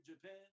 Japan